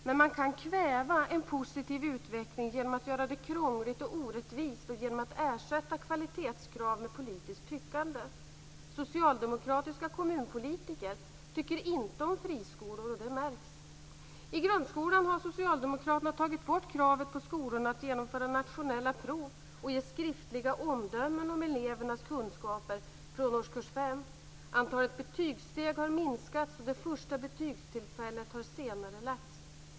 Men man kan kväva en positiv utveckling genom att göra det krångligt och orättvist och genom att ersätta kvalitetskrav med politiskt tyckande. Socialdemokratiska kommunpolitiker tycker inte om friskolor, och det märks. I grundskolan har socialdemokraterna tagit bort kravet på skolan att genomföra nationella prov och ge skriftliga omdömen om elevernas kunskaper från årskurs fem. Antalet betygssteg har minskats, och det första betygstillfället har senarelagts.